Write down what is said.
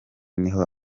niho